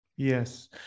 Yes